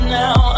now